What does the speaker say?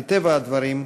מטבע הדברים,